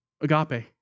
agape